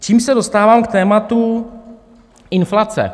Čímž se dostávám k tématu inflace.